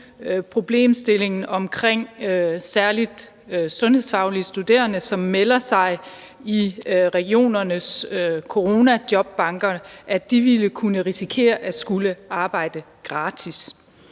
problemstillingen omkring særlig sundhedsfaglige studerende, som melder sig i regionernes coronajobbanker, og at de ville kunne risikere at skulle arbejde gratis.